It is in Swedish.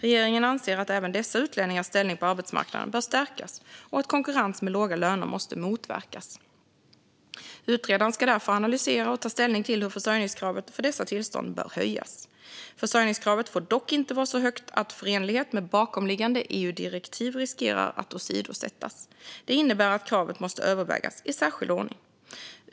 Regeringen anser att även dessa utlänningars ställning på arbetsmarknaden bör stärkas och att konkurrens med låga löner måste motverkas. Utredaren ska därför analysera och ta ställning till hur försörjningskravet för dessa tillstånd bör höjas. Försörjningskravet får dock inte vara så högt att förenlighet med bakomliggande EU-direktiv riskerar att åsidosättas. Det innebär att kravet måste övervägas i särskild ordning.